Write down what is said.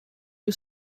two